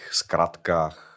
skratkách